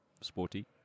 sporty